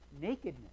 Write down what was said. nakedness